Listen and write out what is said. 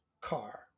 car